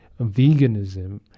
veganism